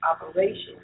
operation